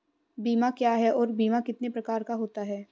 बीमा क्या है और बीमा कितने प्रकार का होता है?